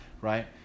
right